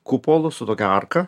kupolu su tokia arka